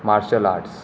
martial arts